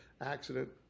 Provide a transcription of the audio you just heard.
accident